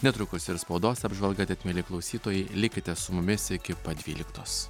netrukus ir spaudos apžvalga tad mieli klausytojai likite su mumis iki pat dvyliktos